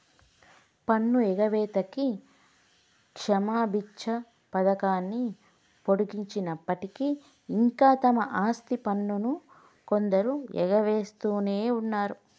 పన్ను ఎగవేతకి క్షమబిచ్చ పథకాన్ని పొడిగించినప్పటికీ ఇంకా తమ ఆస్తి పన్నును కొందరు ఎగవేస్తునే ఉన్నరు